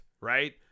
right